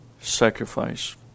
sacrifice